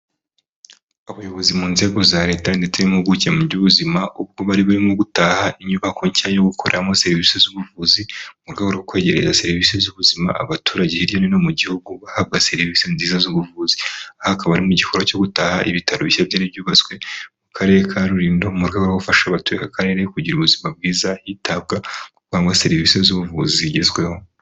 Abayobozi mu nzego za leta ndetse n'impuguke mu by'ubuzima, ubwo bari barimo gutaha inyubako nshya yo gukoramo serivisi z'ubuvuzi. Mu rwego rwo kwegereza serivisi z'ubuzima abaturage hirya no hino mu gihugu bahabwa serivisi nziza z'ubuvuzi. Hakaba hari igikorwa cyo gutaha ibitaro bishya byari byubatswe mu karere ka Rulindo. Mu rwego rwo gufasha abatuye akarere kugira ubuzima bwiza, hitabwa ku gutanga serivisi z'ubuvuzi zigezweho.